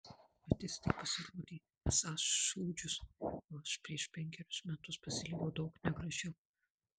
bet jis tik pasirodė esąs šūdžius o aš prieš penkerius metus pasielgiau daug negražiau